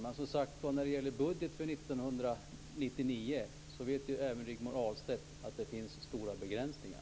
Men när det gäller budgeten för 1999 vet som sagt var även Rigmor Ahlstedt att det finns stora begränsningar.